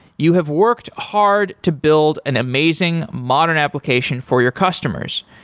you have worked hard to build an amazing modern application for your customers.